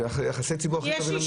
זה יחסי ציבור הכי טובים למשטרה.